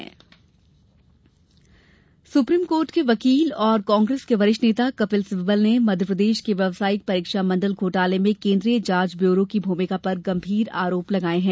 व्यापमं सुनवाई supreme court के वकील और कांग्रेस के वरिष्ठ नेता कपिल सिब्बल ने मध्यप्रदेश के व्यावसायिक परीक्षा मंडल घोटाले में केन्द्रीय जांच ब्यूरों की भूमिका पर गंभीर आरोप लगाये है